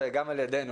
גם על ידינו,